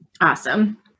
Awesome